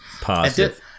positive